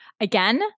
Again